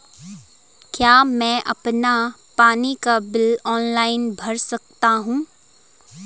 क्या मैं अपना पानी का बिल ऑनलाइन भर सकता हूँ?